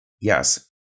Yes